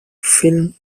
film